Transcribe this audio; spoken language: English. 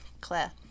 Claire